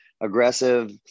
aggressive